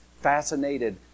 fascinated